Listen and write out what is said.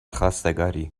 خواستگاری